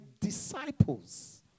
disciples